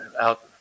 out